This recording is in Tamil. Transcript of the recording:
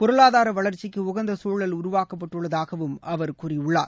பொருளாதாரவளர்ச்சிக்குஉகந்தசூழல் உருவாக்கப்பட்டுள்ளதாகஅவர் கூறியுள்ளார்